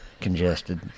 congested